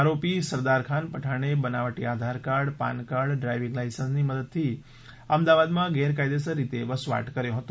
આરોપી સરદારખાન પઠાણે બનાવટી આધારકાર્ડ પાનકાર્ડ ડ્રાઇવીંગ લાયસન્સની મદદથી અમદાવાદમાં ગેરકાયદેસર રીતે વસવાટ કર્યો હતો